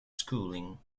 schooling